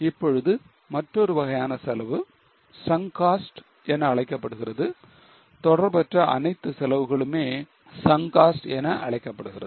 இப்பொழுது மற்றொரு வகையான செலவு sunk cost என அழைக்கப்படுகிறது தொடர்பற்ற அனைத்து செலவுகளுமே sunk cost என அழைக்கப்படுகிறது